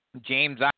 James